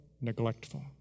neglectful